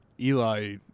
Eli